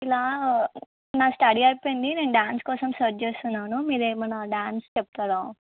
ఇలా నా స్టడీ అయిపొయింది నేను డాన్స్ కోసం సర్చ్ చేస్తున్నాను మీరు ఏమన్న డాన్స్ చెప్తారా